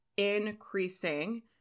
increasing